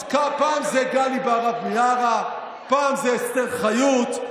אז פעם זה גלי בהרב מיארה, פעם זה אסתר חיות.